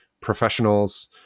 professionals